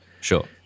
Sure